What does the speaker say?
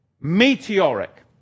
Meteoric